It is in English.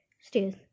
stairs